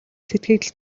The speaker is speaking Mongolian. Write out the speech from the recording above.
сэтгэгдэл